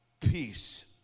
Peace